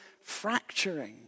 fracturing